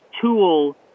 tool